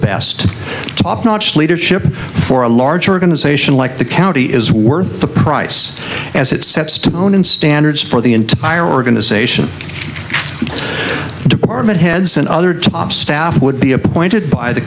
best top notch leadership for a large organization like the county is worth the price as it sets to conan standards for the entire organization the department heads and other top staff would be appointed by the